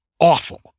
awful